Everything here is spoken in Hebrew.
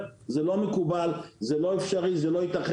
זה לא מקובל, זה לא אפשרי, זה לא ייתכן.